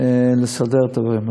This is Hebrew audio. לסדר את הדברים.